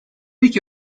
iki